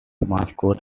mascot